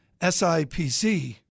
SIPC